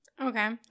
Okay